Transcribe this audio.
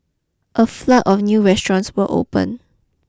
a flood of new restaurants will open